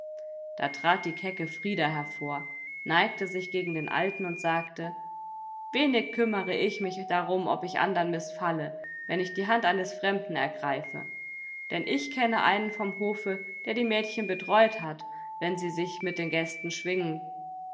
da trat die kecke frida hervor neigte sich gegen den alten und sagte wenig kümmere ich mich darum ob ich anderen mißfalle wenn ich die hand eines fremden ergreife denn ich kenne einen vom hofe der die mädchen bedräut hat wenn sie sich mit den gästen schwingen